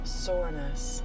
soreness